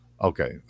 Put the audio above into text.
Okay